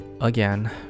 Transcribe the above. again